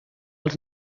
els